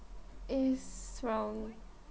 it's from